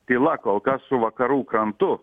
tyla kol kas su vakarų krantu